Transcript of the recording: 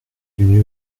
venu